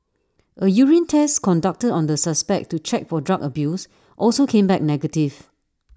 A urine test conducted on the suspect to check for drug abuse also came back negative